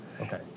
Okay